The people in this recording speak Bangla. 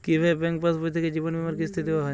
কি ভাবে ব্যাঙ্ক পাশবই থেকে জীবনবীমার কিস্তি দেওয়া হয়?